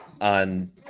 on